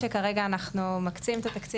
מה שאני מכירה כרגע זה שאנחנו מקצים את התקציב